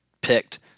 picked